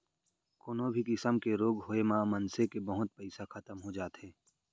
कोनो भी किसम के रोग होय म मनसे के बहुत पइसा खतम हो जाथे